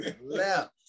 left